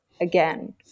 again